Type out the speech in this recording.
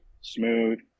smooth